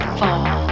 fall